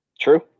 true